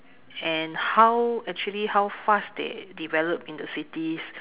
and how actually how fast they developed in the cities